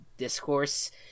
discourse